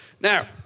Now